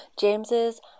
James's